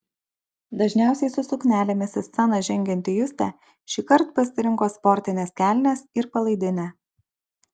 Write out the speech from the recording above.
dažniausiai su suknelėmis į sceną žengianti justė šįkart pasirinko sportines kelnes ir palaidinę